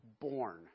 Born